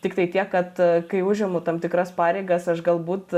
tiktai tiek kad kai užimu tam tikras pareigas aš galbūt